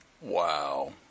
Wow